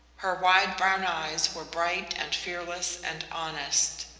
her wide brown eyes were bright and fearless and honest.